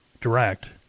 direct